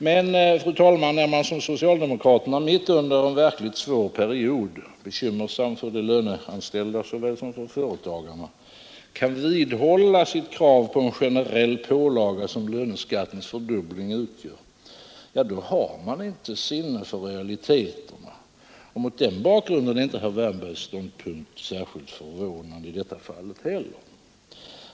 Men, fru talman, när man som socialdemokraterna mitt under en verkligt svår period, bekymmersam för såväl de löneanställda som företagarna, kan vidhålla sitt krav på en sådan generell pålaga som löneskattens fördubbling utgör, ja, då har man inte sinne för realiteterna. Mot den bakgrunden är inte heller herr Wärnbergs ståndpunkt i detta fall särskilt förvånande.